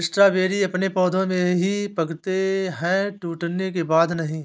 strawberry अपने पौधे में ही पकते है टूटने के बाद नहीं